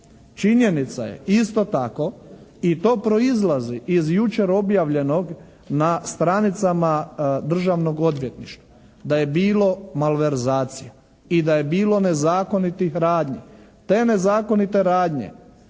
Činjenica je isto tako, i to proizlazi iz jučer objavljenog na stranicama Državnog odvjetništva da je bilo malverzacija i da je bilo nezakonitih radnje. Te nezakonite radnje